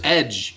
edge